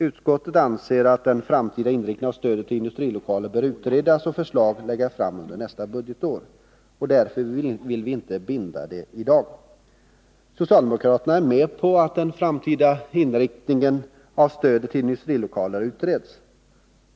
Utskottet anser att den framtida inriktningen av stödet till industrilokaler bör utredas och förslag läggas fram under nästa budgetår. Man bör därför inte nu binda sig för nya satsningar. Socialdemokraterna är med på att den framtida inriktningen av stödet till industrilokaler utreds.